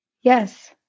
Yes